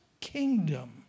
kingdom